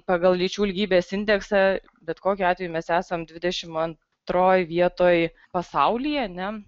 pagal lyčių lygybės indeksą bet kokiu atveju mes esam dvidešimt antroj vietoj pasaulyje ne